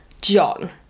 John